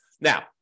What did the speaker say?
Now